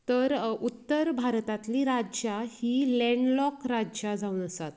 तर उत्तर भारतांतली राज्या ही लेंन्डलॉक राज्या जावन आसात